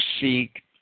seek